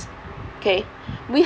okay we